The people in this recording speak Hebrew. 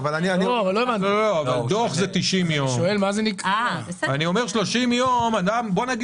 נניח שקיבלתי דוח ואני מתכוון לשלם, אך